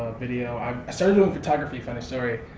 ah video. i started doing photography, funny story,